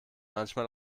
manchmal